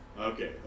Okay